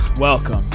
Welcome